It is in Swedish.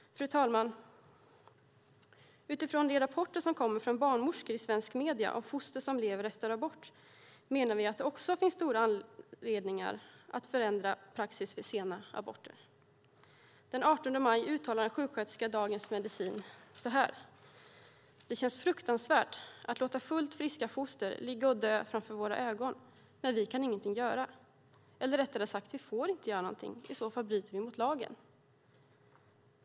Fru talman! Utifrån de rapporter som kommer från barnmorskor i svenska medier om foster som lever efter abort menar vi att det också finns starka skäl att förändra praxis vid sena aborter. Den 18 maj uttalade en sjuksköterska i Dagens Medicin: "Det känns fruktansvärt att låta fullt friska foster ligga och dö framför våra ögon, men vi kan ingenting göra. Eller rättare sagt: vi får inte göra någonting. I så fall bryter vi mot lagen."